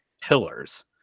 pillars